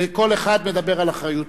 וכל אחד מדבר על אחריותו.